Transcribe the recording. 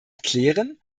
klären